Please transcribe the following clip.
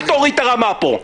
אל תוריד את הרמה פה.